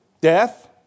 death